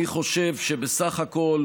אני חושב שבסך הכול